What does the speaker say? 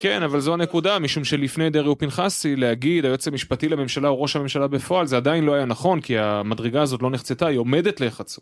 כן, אבל זו הנקודה, משום שלפני דריו פנחסי להגיד היועץ המשפטי לממשלה הוא ראש הממשלה בפועל, זה עדיין לא היה נכון, כי המדרגה הזאת לא נחצתה, היא עומדת להחצות.